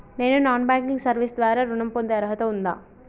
నేను non banking service ద్వారా ఋణం పొందే అర్హత ఉందా?